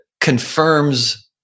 confirms